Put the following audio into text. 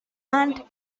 earned